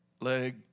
leg